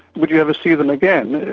would you ever see them again,